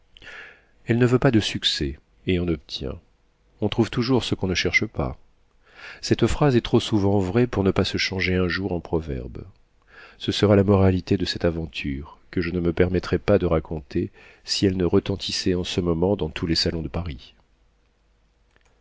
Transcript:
elle ne veut pas de succès et en obtient on trouve toujours ce qu'on ne cherche pas cette phrase est trop souvent vraie pour ne pas se changer un jour en proverbe ce sera la moralité de cette aventure que je ne me permettrais pas de raconter si elle ne retentissait en ce moment dans tous les salons de paris